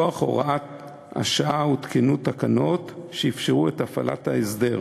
מכוח הוראת השעה הותקנו תקנות שאפשרו את הפעלת ההסדר.